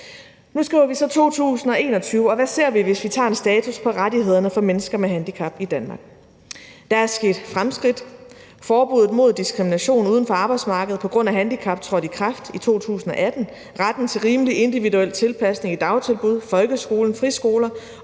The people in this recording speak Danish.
Nu skriver vi så 2021, og hvad ser vi, hvis vi gør status over rettighederne for mennesker med handicap i Danmark? Der er sket fremskridt: Forbuddet mod diskrimination uden for arbejdsmarkedet på grund af handicap trådte i kraft i 2018; retten til rimelig individuel tilpasning i dagtilbud, folkeskolen, friskoler